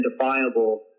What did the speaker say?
identifiable